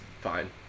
fine